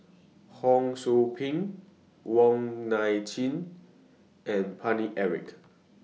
Ho SOU Ping Wong Nai Chin and Paine Eric